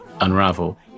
unravel